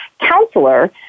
counselor